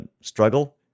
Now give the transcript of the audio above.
struggle